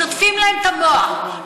שוטפים להם את המוח,